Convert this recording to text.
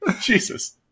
Jesus